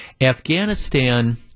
Afghanistan